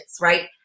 right